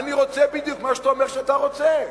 אני רוצה בדיוק מה שאתה אומר שאתה רוצה.